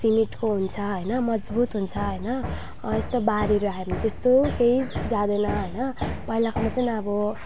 सिमेन्टको हुन्छ होइन मजबुत हुन्छ होइन यस्तो बाढीहरू आयो भने त्यस्तो केही जाँदैन होइन पहिलाकोमा चाहिँ अब